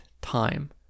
time